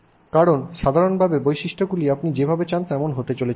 কারণ সাধারণভাবে বৈশিষ্ট্যগুলি আপনি যেভাবে চান তেমন হতে চলেছে